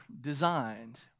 designed